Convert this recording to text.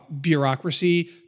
bureaucracy